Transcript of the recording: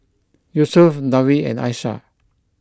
Yusuf Dewi and Aishah